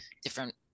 different